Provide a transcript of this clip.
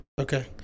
Okay